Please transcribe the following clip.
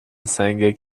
سنگ